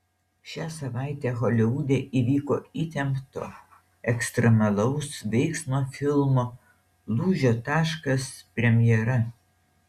šią savaitę holivude įvyko įtempto ekstremalaus veiksmo filmo lūžio taškas premjera